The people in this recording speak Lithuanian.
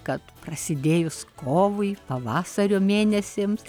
kad prasidėjus kovui pavasario mėnesiams